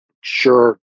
Sure